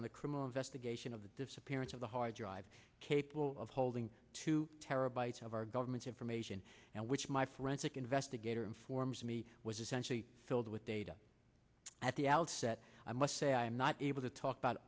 on the criminal investigation of the disappearance of the hard drive capable of holding two terabytes of our government information and which my forensic investigator informs me was essentially filled with data at the outset i must say i am not able to talk about